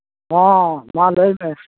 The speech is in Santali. ᱦᱚᱸ ᱢᱟ ᱞᱟᱹᱭ ᱢᱮ